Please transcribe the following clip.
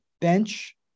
bench